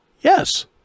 Yes